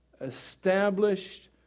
established